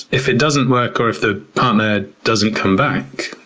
if it doesn't work, or if the partner doesn't come back,